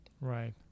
Right